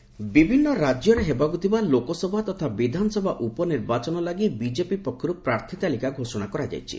BJP candidate ବିଭିନ୍ନ ରାଜ୍ୟରେ ହେବାକୁ ଥିବା ଲୋକସଭା ତଥା ବିଧାନସଭା ଉପନିର୍ବାଚନ ଲାଗି ବିଜେପି ପକ୍ଷରୁ ପ୍ରାର୍ଥୀ ତାଲିକା ଘୋଷଣା କରାଯାଇଛି